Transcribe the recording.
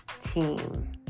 team